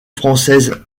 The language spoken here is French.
française